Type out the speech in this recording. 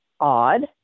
odd